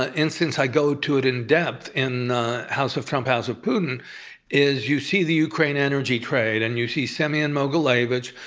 ah instance i go to it in depth in house of trump, house of putin is you see the ukraine energy trade, and you semian mogilevich,